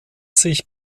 sich